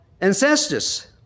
ancestors